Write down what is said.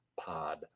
Pod